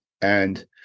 And-